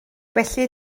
felly